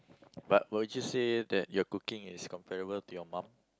but would you say that your cooking is comparable to your mum